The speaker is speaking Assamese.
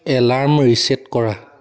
এলাৰ্ম ৰিছেট কৰা